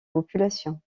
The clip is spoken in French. populations